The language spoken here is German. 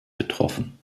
betroffen